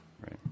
Right